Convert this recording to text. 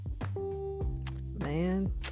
Man